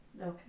Okay